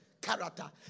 Character